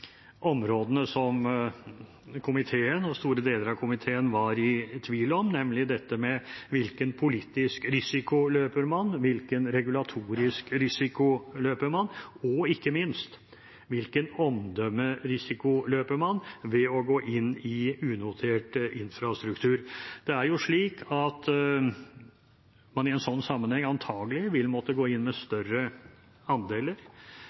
områdene som store deler av komiteen var i tvil om, nemlig dette med hvilken politisk risiko man løper, hvilken regulatorisk risiko man løper, og ikke minst: Hvilken omdømmerisiko løper man ved å gå inn i unotert infrastruktur? I en slik sammenheng vil man antagelig måtte gå inn med større andeler,